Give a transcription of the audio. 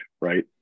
right